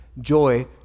Joy